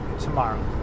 tomorrow